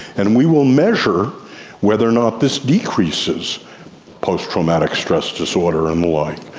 and we will measure whether or not this decreases post-traumatic stress disorder and the like.